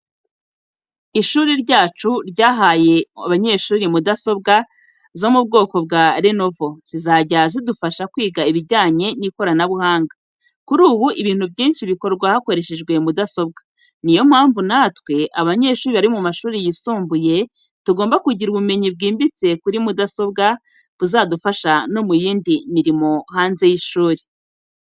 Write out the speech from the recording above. Ishuri ryacu ryahaye abanyeshuri mudasobwa zo mu bwoko bwa Lenovo zizajya zidufasha kwiga ibijyanye n’ikoranabuhanga. Kuri ubu, ibintu byinshi bikorwa hakoreshejwe mudasobwa, ni yo mpamvu natwe, abanyeshuri bari mu mashuri yisumbuye, tugomba kugira ubumenyi bwimbitse kuri mudasobwa, buzadufasha no mu yindi mirimo hanze y’ishuri.